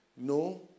No